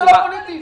זה לא פוליטי.